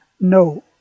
no